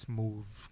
move